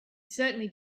certainly